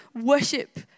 worship